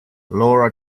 laura